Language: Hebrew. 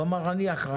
הוא אמר: אני אחראי.